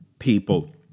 people